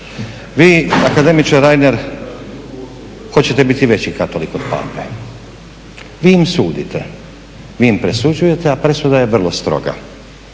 Vi akademiče Reiner hoćete biti veći katolik od pape. Vi im sudite, vi im presuđujete a presuda je vrlo stroga.